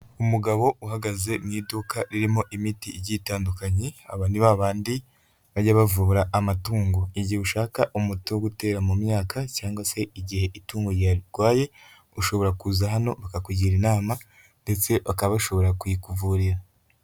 Umugabo uhagaze mu iduka ririmo imiti igitandukanye, aba ni babandi bajya bavura amatungo igihe ushaka umuti wogo gutera mu myaka cyangwa se igihe itungo, ryarwaye ushobora kuza hano bakakugira inama ndetse bakaba bashobora kuyikuvurira.